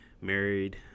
married